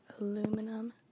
aluminum